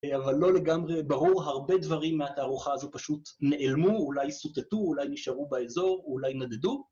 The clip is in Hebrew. אבל לא לגמרי ברור, הרבה דברים מהתערוכה הזו פשוט נעלמו, אולי סוטטו, אולי נשארו באזור, אולי נדדו.